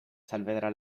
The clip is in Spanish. saavedra